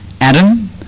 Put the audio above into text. Adam